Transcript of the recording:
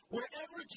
Wherever